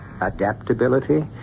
adaptability